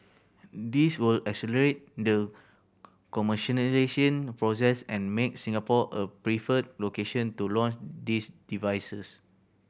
this will accelerate the commercialisation process and make Singapore a preferred location to launch these devices